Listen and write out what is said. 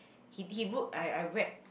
he'd he wrote I I read